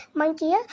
monkey